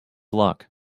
luck